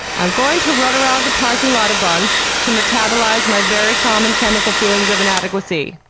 i am going to run around the parking lot a bunch to metabolize my very common chemical feelings of inadequacy.